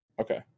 Okay